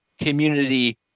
community